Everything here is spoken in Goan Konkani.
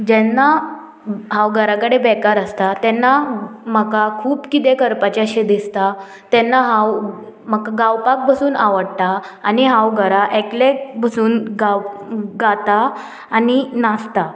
जेन्ना हांव घरा कडेन बेकार आसता तेन्ना म्हाका खूब किदें करपाचें अशें दिसता तेन्ना हांव म्हाका गावपाक बसून आवडटा आनी हांव घरा एकलें बसून गाव गाता आनी नाचता